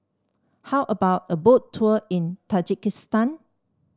how about a Boat Tour in Tajikistan